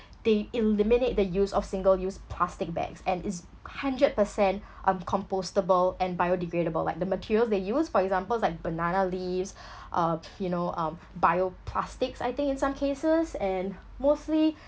they eliminate the use of single use plastic bags and it's hundred percent um compostable and biodegradable like the materials they use for example is like banana leaves uh you know um bio plastics I think in some cases and mostly